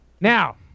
Now